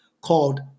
called